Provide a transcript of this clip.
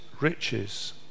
riches